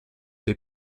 dei